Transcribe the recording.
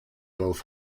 both